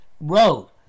road